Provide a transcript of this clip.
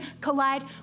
collide